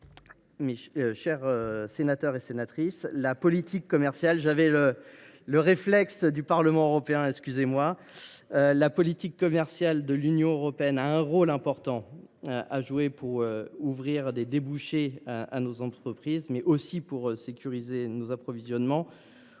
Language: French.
Mesdames, messieurs les sénateurs, la politique commerciale de l’Union européenne a un rôle important à jouer pour ouvrir des débouchés pour nos entreprises, mais aussi pour sécuriser nos approvisionnements.